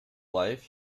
life